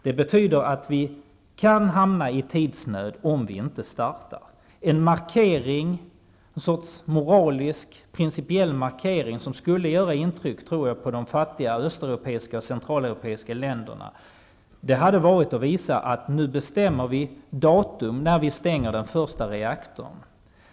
Det betyder att vi kan hamna i tidsnöd om vi inte startar i tid. En sorts principiell moralisk markering, som skulle göra intryck, tror jag, på de fattiga östeuropeiska och centraleuropeiska länderna, hade varit att visa att vi kan bestämma datum när vi stänger den första reaktorn.